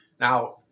Now